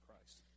Christ